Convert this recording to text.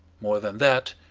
more than that,